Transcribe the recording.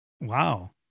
Wow